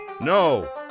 No